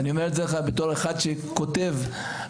ואני אומר את זה בתור אחד שכותב עבודת